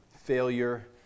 failure